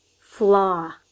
flaw